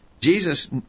Jesus